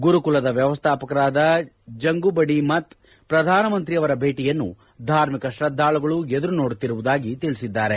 ಗುರುಕುಲದ ವ್ಯವಸ್ಥಾಪಕರಾದ ಜಂಗುಬಡಿ ಮಥ್ ಪ್ರಧಾನಮಂತ್ರಿಯವರ ಭೇಟಿಯನ್ನು ಧಾರ್ಮಿಕ ಶ್ರದ್ವಾಳುಗಳು ಎದುರು ನೋಡುತ್ತಿರುವುದಾಗಿ ತಿಳಿಸಿದ್ದಾರೆ